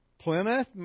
plymouth